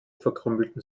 verkrümelten